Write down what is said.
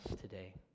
today